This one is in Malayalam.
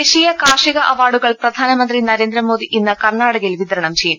ദേശീയ കാർഷിക അവാർഡുകൾ പ്രധാനമന്ത്രി നരേന്ദ്രമോദി ഇന്ന് കർണാടകയിൽ വിതരണം ചെയ്യും